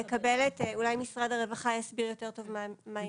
אולי משרד הרווחה יסביר יותר טוב.